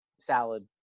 salad